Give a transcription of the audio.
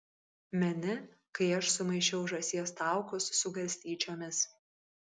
meni kai aš sumaišiau žąsies taukus su garstyčiomis